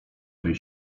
tej